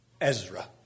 Ezra